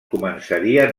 començarien